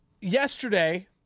yesterday